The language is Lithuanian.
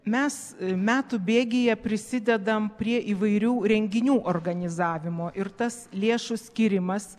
mes metų bėgyje prisidedam prie įvairių renginių organizavimo ir tas lėšų skyrimas